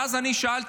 ואז אני שאלתי